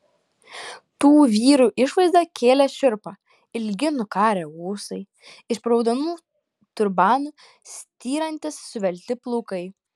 tų vyrų išvaizda kėlė šiurpą ilgi nukarę ūsai iš po raudonų turbanų styrantys suvelti plaukai